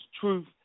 truth